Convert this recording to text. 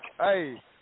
Hey